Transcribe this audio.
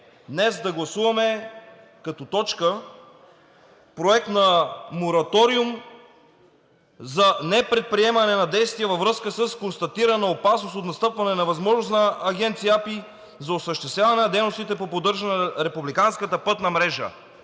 днес да гласуваме като точка Проект на мораториум за непредприемане на действия във връзка с констатирана опасност от настъпване на възможност на Агенция „Пътна инфраструктура“ за осъществяване на дейностите по поддържане на републиканската пътна мрежа.